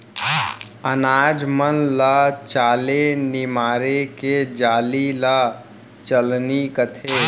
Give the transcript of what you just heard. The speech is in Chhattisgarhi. अनाज मन ल चाले निमारे के जाली ल चलनी कथें